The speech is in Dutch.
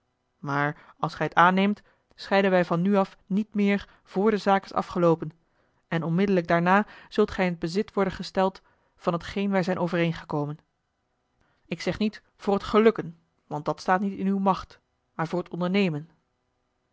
maar als gij t aanneemt scheiden wij van nu af niet meer vr de zaak is afgeloopen en onmiddellijk daarna zult gij in t bezit worden gesteld van t geen wij zijn overeengekomen ik zeg niet voor t gelukken want dat staat niet in uwe macht maar voor t ondernemen